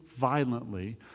violently